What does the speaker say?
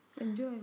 enjoy